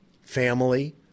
family